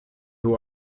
who